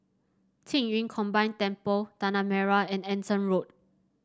Qing Yun Combine Temple Tanah Merah and Anson Road